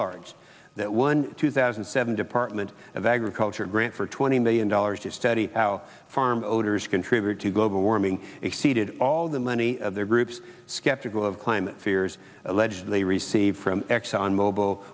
large that one two thousand and seven department of agriculture grants for twenty million dollars to study how farm odors contribute to global warming exceeded all that many of their groups skeptical of climate fears alleged they received from exxon mobil